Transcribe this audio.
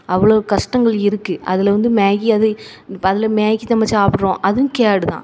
அவ்வளோ கஷ்டங்கள் இருக்குது அதில் வந்து மேகி அது இப்போ அதில் மேகி நம்ம சாப்பிட்றோம் அதுவும் கேடு தான்